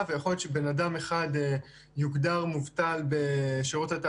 אחד המנגנונים העיקריים, למשל, זה שיעור הפגיעה של